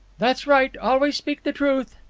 that's right. always speak the truth.